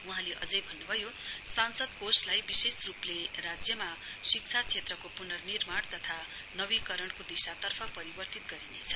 वहाँले अझै भन्नुभयो सांसद कोषलाई विशेष रूपले राज्यमा शिक्षा क्षेत्रको पुननिर्माण तथा नवीकरणको दिशातर्फ परिवर्तित गरिनेछ